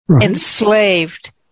enslaved